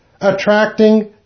attracting